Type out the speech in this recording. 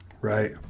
right